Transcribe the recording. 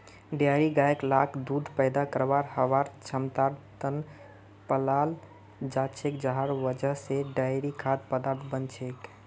dairy गाय लाक दूध पैदा करवार वहार क्षमतार त न पालाल जा छेक जहार वजह से डेयरी खाद्य पदार्थ बन छेक